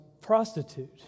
prostitute